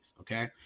okay